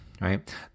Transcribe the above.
right